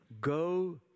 Go